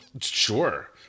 sure